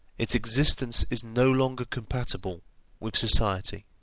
its existence is no longer compatible with society.